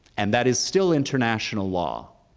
and that is still international law,